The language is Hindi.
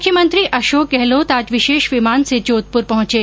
मुख्यमंत्री अशोक गहलोत आज विशेष विमान से जोधपुर पहुंचे